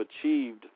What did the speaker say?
achieved